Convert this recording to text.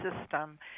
system